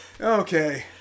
Okay